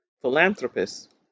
philanthropist